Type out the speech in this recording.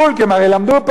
כי הם הרי למדו פעם,